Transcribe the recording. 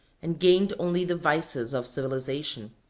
and gained only the vices of civilization.